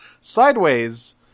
Sideways